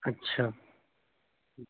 اچھا